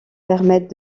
permettent